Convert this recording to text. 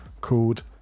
called